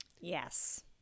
Yes